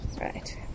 Right